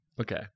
Okay